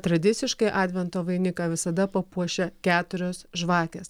tradiciškai advento vainiką visada papuošia keturios žvakės